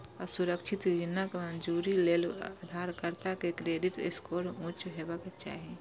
असुरक्षित ऋणक मंजूरी लेल उधारकर्ता के क्रेडिट स्कोर उच्च हेबाक चाही